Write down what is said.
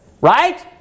Right